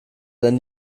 denn